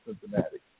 Cincinnati